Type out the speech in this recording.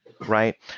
right